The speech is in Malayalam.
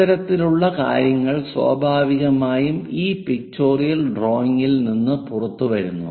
ഇത്തരത്തിലുള്ള കാര്യങ്ങൾ സ്വാഭാവികമായും ഈ പിക്ചോറിയൽ ഡ്രായിങ്ങിൽ നിന്ന് പുറത്തുവരുന്നു